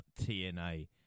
TNA